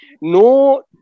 No